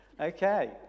Okay